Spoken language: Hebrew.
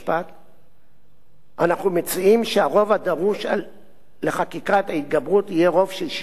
אנחנו מציעים שהרוב הדרוש לחקיקה יהיה רוב של 65 חברי כנסת.